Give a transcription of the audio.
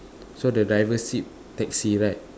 so the driver seat taxi right